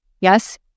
yes